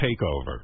takeover